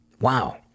Wow